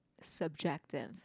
subjective